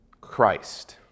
Christ